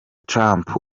trump